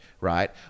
right